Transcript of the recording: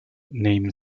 named